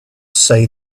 say